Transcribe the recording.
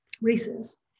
races